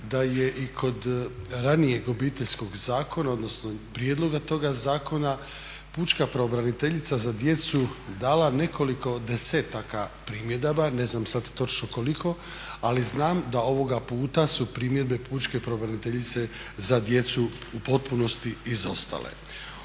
da je i kod ranijeg Obiteljskog zakona odnosno prijedloga toga zakona pučka pravobraniteljica za djecu dala nekoliko desetaka primjedaba, ne znam sad točno koliko ali znam da ovoga puta su primjedbe pučke pravobraniteljice za djecu u potpunosti izostale.